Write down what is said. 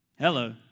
Hello